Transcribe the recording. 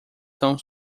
são